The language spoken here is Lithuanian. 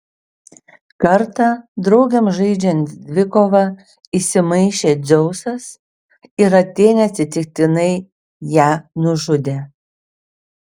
kartą draugėms žaidžiant dvikovą įsimaišė dzeusas ir atėnė atsitiktinai ją nužudė